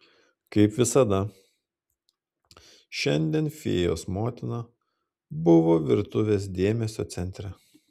kaip visada šiandien fėjos motina buvo virtuvės dėmesio centre